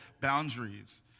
boundaries